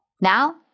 Now